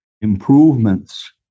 improvements